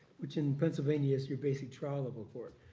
which in pennsylvania is your basic trial-level court.